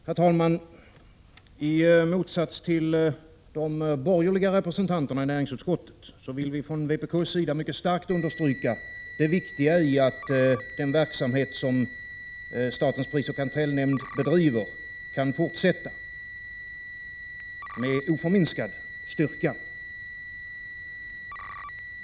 Herr talman! I motsats till de borgerliga representanterna i näringsutskottet vill vi från vpk:s sida mycket starkt understryka det viktiga i att den verksamhet som statens prisoch kartellnämnd bedriver kan fortsätta med oförminskad styrka.